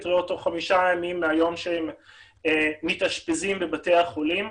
ריאות תוך חמישה ימים מהיום שהם מתאשפזים בבתי החולים.